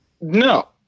No